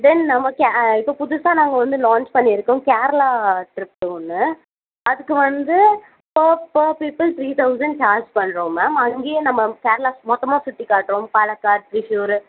தென் நமக்கு ஆ இப்போ புதுசாக நாங்கள் வந்து லான்ச் பண்ணியிருக்கோம் கேரளா ட்ரிப்பு ஒன்று அதுக்கு வந்து four four peoples three thousand charge பண்ணுறோம் மேம் அங்கேயே நம்ம கேரளா மொத்தமாக சுற்றி காட்டுறோம் பாலக்காடு த்ரிசூர்